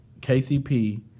KCP